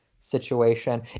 situation